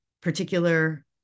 particular